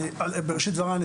בראשית דבריי,